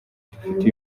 dufite